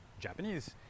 Japanese